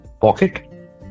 pocket